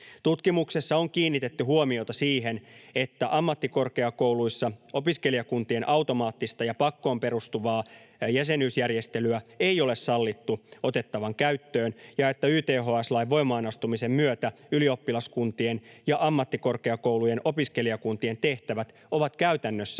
Tutkimuksessa on kiinnitetty huomiota siihen, että ammattikorkeakouluissa opiskelijakuntien automaattista ja pakkoon perustuvaa jäsenyysjärjestelyä ei ole sallittu otettavan käyttöön ja että YTHS-lain voimaan astumisen myötä ylioppilaskuntien ja ammattikorkeakoulujen opiskelijakuntien tehtävät ovat käytännössä